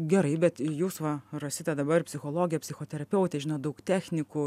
gerai bet jūs va rosita dabar psichologė psichoterapeutė žinot daug technikų